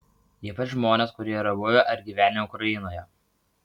ypač žmonės kurie yra buvę ar gyvenę ukrainoje